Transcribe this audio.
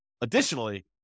additionally